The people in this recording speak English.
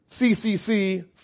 CCC